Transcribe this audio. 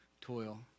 Toil